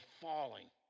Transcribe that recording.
falling